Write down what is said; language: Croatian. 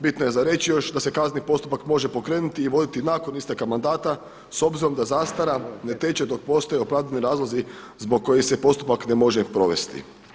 Bitno je za reći još da se kazneni postupak može pokrenuti i voditi nakon isteka mandata s obzirom da zastara ne teče dok postoje opravdani razlozi zbog kojih se postupak ne može provesti.